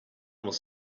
was